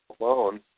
alone